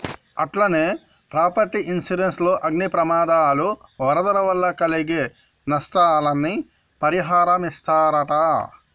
అట్టనే property insurance లో అగ్ని ప్రమాదాలు, వరదల వల్ల కలిగే నస్తాలని పరిహారమిస్తరట